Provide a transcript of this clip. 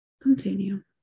continue